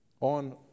on